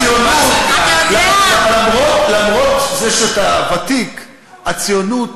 הציונות, למרות שאתה ותיק, הציונות